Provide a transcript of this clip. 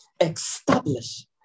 establish